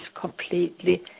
completely